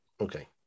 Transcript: Okay